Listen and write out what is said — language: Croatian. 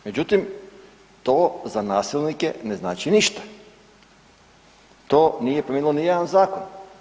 Međutim, to za nasilnike ne znači ništa, to nije promijenilo nijedan zakon.